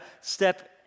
step